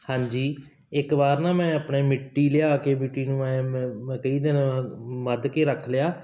ਹਾਂਜੀ ਇੱਕ ਵਾਰ ਨਾ ਮੈਂ ਆਪਣੇ ਮਿੱਟੀ ਲਿਆ ਕੇ ਮਿੱਟੀ ਨੂੰ ਮੈਂ ਮੈਂ ਮੈਂ ਕਈ ਦਿਨ ਮੱਧ ਕੇ ਰੱਖ ਲਿਆ